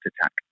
attack